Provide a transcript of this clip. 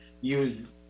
use